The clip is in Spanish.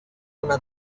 una